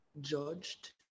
judged